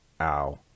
ow